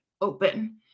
open